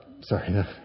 sorry